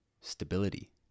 stability